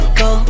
go